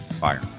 fire